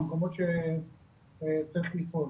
המקומות שצריך לפעול.